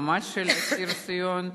מעמד של אסיר ציון.